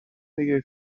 دیگه